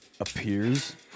appears